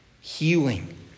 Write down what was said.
healing